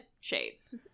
shades